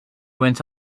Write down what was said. went